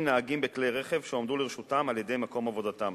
נהגים בכלי רכב שהועמדו לרשותם על-ידי מקום עבודתם